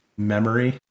memory